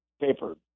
paper